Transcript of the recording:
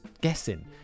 guessing